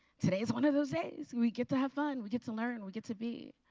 today's one of those days we get to have fun. we get to learn. we get to be.